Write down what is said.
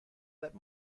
that